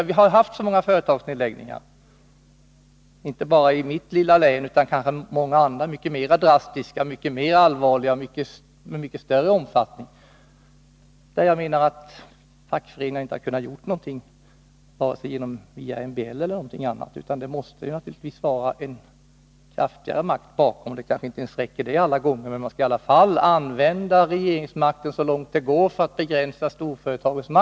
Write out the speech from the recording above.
Vi har haft så många företagsnedläggningar, inte bara i mitt lilla hemlän, utan även i andra län, där det kanske har varit fråga om mycket större och mycket mer drastiska och allvarliga nedläggningar. Fackföreningen har kanske inte kunnat göra någonting, varken genom MBL eller på annat sätt. Då behöver en kraftigare makt ställa sig bakom. Inte ens det räcker kanske alla gånger. Men man skall i alla fall använda regeringsmakten så långt det går för att begränsa storföretagens makt.